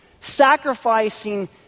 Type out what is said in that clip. sacrificing